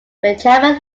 benjamin